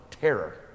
terror